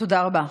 תודה רבה.